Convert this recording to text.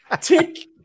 Tick